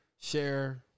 share